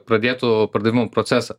pradėtų pardavimų procesą